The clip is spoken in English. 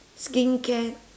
skincare